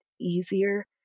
easier